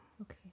Okay